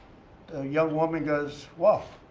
young woman goes, whoa.